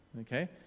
Okay